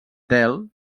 del